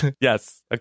Yes